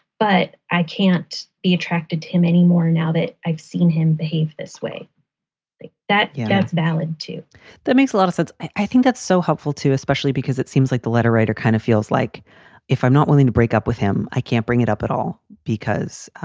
but i can't be attracted to him any more now that i've seen him behave this way. think that that's valid, too that makes a lot of sense. i think that's so helpful too, especially because it seems like the letter writer kind of feels like if i'm not willing to break up with him, i can't bring it up at all because,